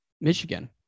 Michigan